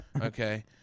Okay